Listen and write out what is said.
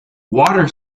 water